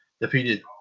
defeated